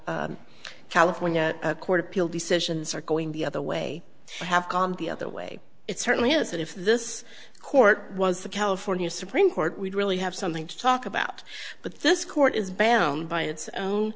of california court appeal decisions are going the other way have gone the other way it certainly is if this court was the california supreme court we'd really have something to talk about but this court is banned by its own